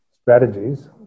strategies